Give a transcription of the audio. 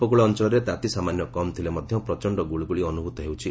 ଉପକୃଳ ଅଞ୍ଚଳରେ ତାତି ସାମାନ୍ୟ କମ୍ ଥିଲେ ମଧ୍ୟ ପ୍ରଚଣ୍ଡ ଗୁଳୁଗୁଳି ଅନୁଭୂତ ହେଉଛି